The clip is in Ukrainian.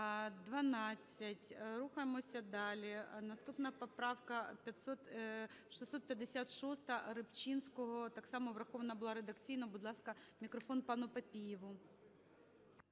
За-12 Рухаємося далі. Наступна поправка 656 Рибчинського, так само врахована була редакційно. Будь ласка, мікрофон пану Папієву.